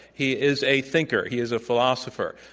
he is a thinker, he is a philosopher,